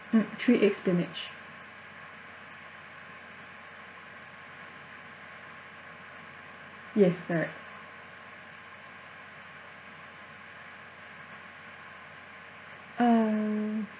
mm three egg spinach yes correct uh